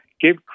Give